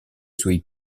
suoi